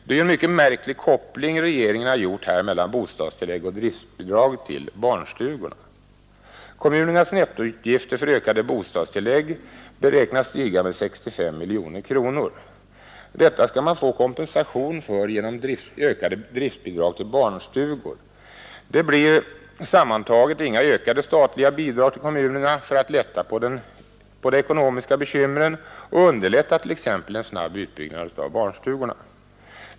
Det är ju en mycket märklig koppling regeringen har gjort här mellan bostadstillägg och driftbidrag till barnstugorna. Kommunernas nettoutgifter för ökade bostadstillägg beräknas stiga med 65 miljoner kronor. Detta skall man få kompensation för genom ökade driftbidrag till barnstugor. Det blir sammanlagt inga ökade statliga bidrag till kommunerna för att lätta på de ekonomiska bekymren och underlätta t.ex. en snabbare utbyggnad av barnstugorna.